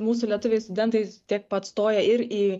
mūsų lietuviai studentai tiek pat stoja ir į